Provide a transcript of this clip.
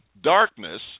darkness